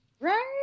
Right